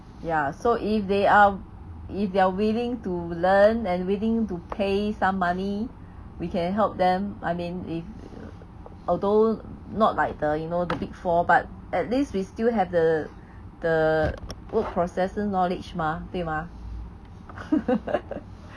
ya so if they are if they're willing to learn and willing to pay some money we can help them I mean if although not like the you know the big four but at least we still have the the word processor knowledge 嘛对吗